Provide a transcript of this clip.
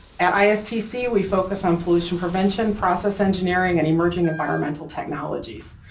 at istc, we focus on pollution prevention, process engineering, and emerging environmental technologies.